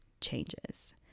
changes